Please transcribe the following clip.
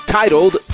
titled